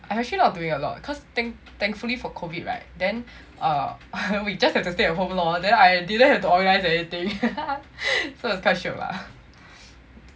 I actually not doing a lot cause thankfully for COVID right then err we just have to stay at home lor then I didn't have to organize anything so it's quite shiok lah